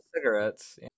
cigarettes